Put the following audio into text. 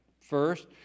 first